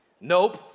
Nope